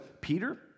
Peter